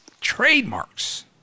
trademarks